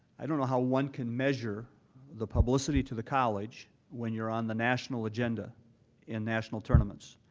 i don't know how one can measure the publicity to the college when you're on the national agenda in national tournaments.